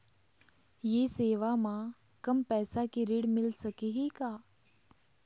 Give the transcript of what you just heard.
ये सेवा म कम पैसा के ऋण मिल सकही का?